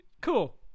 cool